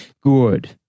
Good